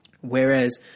Whereas